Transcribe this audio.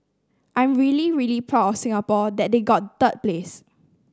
I'm really really proud of Singapore that they got third place